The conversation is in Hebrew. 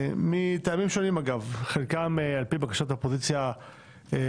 מטעמים שונים אגב חלקם על פי בקשת האופוזיציה לקצר